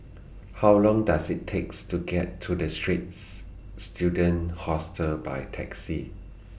How Long Does IT takes to get to The Straits Students Hostel By Taxi